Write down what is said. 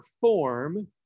form